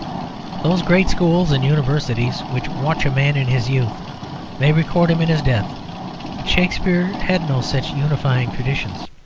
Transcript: those great schools and universities which watch a man in his youth may record him in his death but shakspere had no such unifying traditions.